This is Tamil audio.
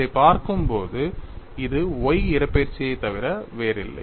இதைப் பார்க்கும்போது இது y இடப்பெயர்ச்சியைத் தவிர வேறில்லை